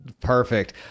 perfect